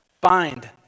bind